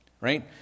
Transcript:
right